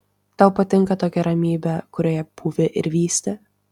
tau patinka tokia ramybė kurioje pūvi ir vysti